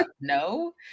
No